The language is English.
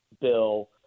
bill